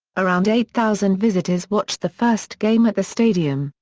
around eight thousand visitors watched the first game at the stadium,